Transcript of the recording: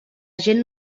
gent